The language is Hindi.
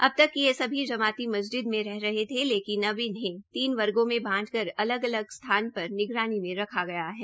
अब तक ये सभी जमाती मस्जिदों मे रह रहे थे लेकिन अब इन्हें तीन वर्गो में बांट कर अलग थलग स्थान पर निगरानी में रखा गया है